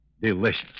delicious